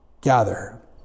gather